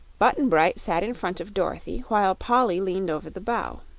button-bright sat in front of dorothy, while polly leaned over the bow.